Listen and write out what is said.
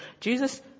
Jesus